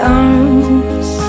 arms